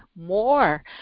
more